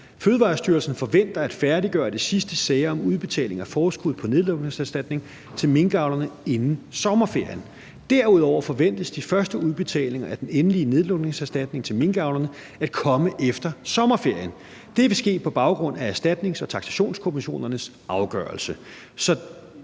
Fødevarestyrelsen forventer at færdiggøre de sidste sager om udbetaling af forskud på nedlukningserstatning til minkavlerne inden sommerferien. Derudover forventes de første udbetalinger af den endelige nedlukningserstatning til minkavlerne at komme efter sommerferien. Det vil ske på baggrund af erstatnings- og taksationskommissionernes afgørelse.